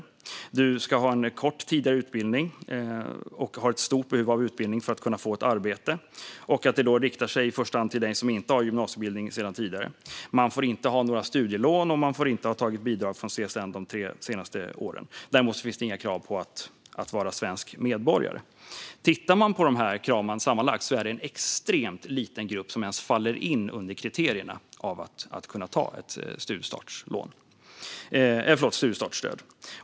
Du ska ha en kort tidigare utbildning och ha ett stort behov av utbildning för att få ett arbete. Stödet riktar sig i första hand till dig som inte har en gymnasieutbildning sedan tidigare. Du får inte ha studielån, och du får inte ha tagit bidrag från CSN de tre senaste åren. Däremot finns inga krav på att vara svensk medborgare. Om vi tittar på kraven sammanlagt är det en extremt liten grupp som ens faller in under kriterierna för att kunna erhålla ett studiestartsstöd.